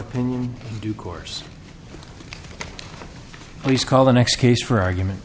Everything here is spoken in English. opinion due course please call the next case for argument